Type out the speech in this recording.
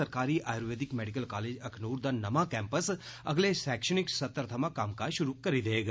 सरकारी ayurvedic medical college Akhnoor दा नमां कैंपस अगले शैक्षणिक सत्र थमां कम्मकाज शुरु करी देग